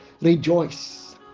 rejoice